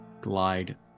glide